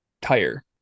tire